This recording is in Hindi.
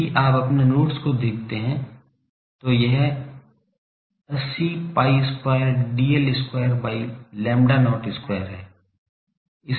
यदि आप अपने नोट्स को देखते हैं तो यह 80 pi square dl square by lambda not square हैं